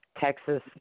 Texas